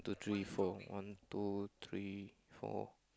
three four one two three four